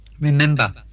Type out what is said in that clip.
Remember